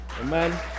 Amen